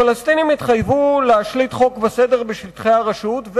הפלסטינים התחייבו להשליט חוק וסדר בשטחי הרשות,